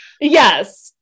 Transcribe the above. Yes